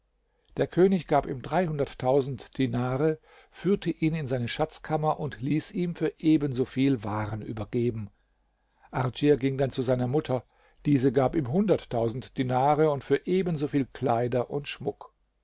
der könig gab ihm dreihunderttausend dinare führte ihn in seine schatzkammer und ließ ihm für ebensoviel waren übergeben ardschir ging dann zu seiner mutter diese gab ihm hunderttausend dinare und für ebensoviel kleider und schmuck